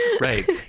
Right